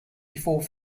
before